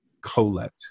colette